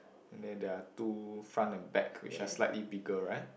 and then there are two front and back which are slightly bigger right